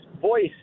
voice